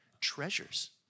treasures